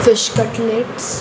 fish cutlets